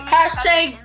Hashtag